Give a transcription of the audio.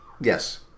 Yes